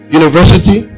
university